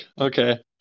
Okay